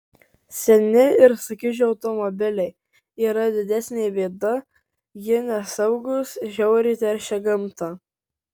seni ir sukiužę automobiliai yra didesnė bėda jie nesaugūs žiauriai teršia gamtą